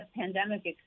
pandemic